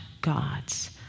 gods